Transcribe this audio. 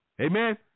amen